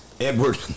Edward